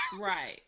Right